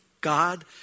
God